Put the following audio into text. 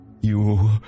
You